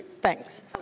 Thanks